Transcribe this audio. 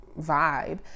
vibe